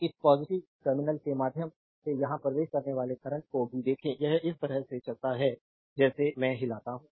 उस positive terminal के माध्यम से यहां प्रवेश करने वाले करंट को भी देखें यह इस तरह से चलता है जैसे मैं हिलाता हूं